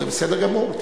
זה בסדר גמור.